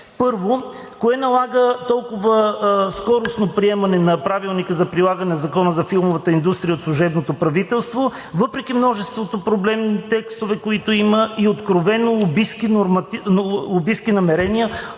Първо, кое налага толкова скоростно приемане на Правилника за прилагане на Закона за филмовата индустрия от служебното правителство въпреки множеството проблемни текстове, които има, и откровено лобистки намерения